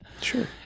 sure